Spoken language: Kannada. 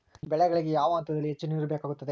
ಬೆಳೆಗಳಿಗೆ ಯಾವ ಹಂತದಲ್ಲಿ ಹೆಚ್ಚು ನೇರು ಬೇಕಾಗುತ್ತದೆ?